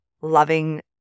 loving